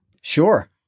Sure